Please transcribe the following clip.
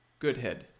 Goodhead